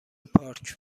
پارک